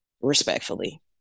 Respectfully